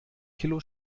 kilo